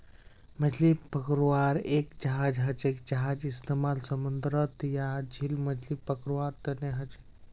मछली पकड़वार एक जहाज हछेक जहार इस्तेमाल समूंदरत या झीलत मछली पकड़वार तने हछेक